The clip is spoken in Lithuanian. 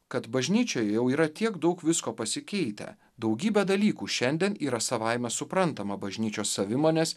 kad bažnyčoja jau yra tiek daug visko pasikeitę daugybė dalykų šiandien yra savaime suprantama bažnyčios savimonės